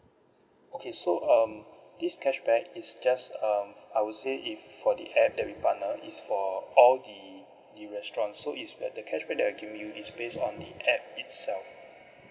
okay so um this cashback it's just um I would say if for the app that we partner is for all the the restaurants so it's whether cashback that we are giving you is based on the app itself